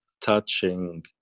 touching